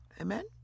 amen